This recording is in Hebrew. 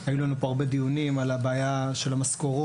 היו לנו פה הרבה דיונים על הבעיה של המשכורות